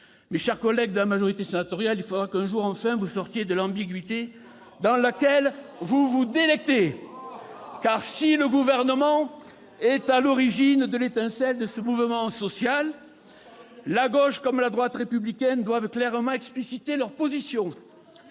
Chers collègues de la majorité sénatoriale, il faudra qu'un jour vous sortiez enfin de l'ambiguïté dans laquelle vous vous délectez ! Car si le Gouvernement est à l'origine de l'étincelle de ce mouvement social, la gauche comme la droite républicaine doivent clairement expliciter leurs positions.